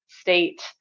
state